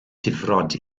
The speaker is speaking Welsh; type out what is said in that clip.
difrod